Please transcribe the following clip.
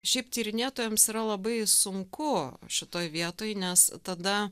šiaip tyrinėtojams yra labai sunku šitoj vietoj nes tada